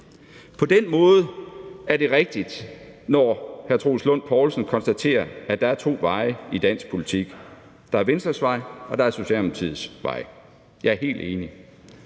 På den måde er det rigtigt, når hr. Troels Lund Poulsen konstaterer, at der er to veje i dansk politik – der er Venstres vej, og der er Socialdemokratiets vej. Jeg er helt enig.